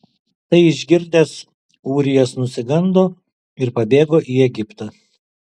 tai išgirdęs ūrijas nusigando ir pabėgo į egiptą